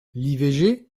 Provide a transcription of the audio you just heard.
l’ivg